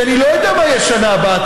כי אני לא יודע מה יהיה בשנה הבאה.